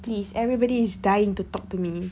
please everybody is dying to talk to me